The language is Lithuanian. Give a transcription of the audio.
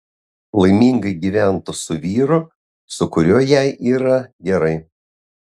laimingai gyventų su vyru su kuriuo jai yra gerai